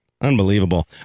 Unbelievable